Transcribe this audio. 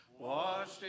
washed